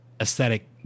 aesthetic